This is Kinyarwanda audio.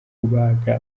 kubaga